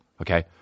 Okay